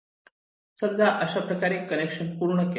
समजा अशाप्रकारे कनेक्शन पूर्ण केले